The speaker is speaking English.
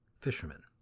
fishermen